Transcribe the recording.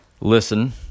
listen